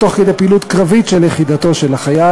או תוך כדי פעילות קרבית של יחידתו של החייל,